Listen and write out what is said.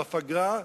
בפגרה,